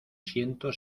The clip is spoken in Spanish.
siento